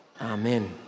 Amen